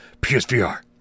PSVR